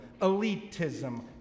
elitism